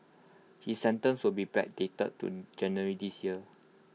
his sentence will be backdated to January this year